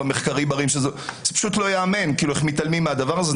זה פשוט לא ייאמן איך מתעלמים מהדבר הזה.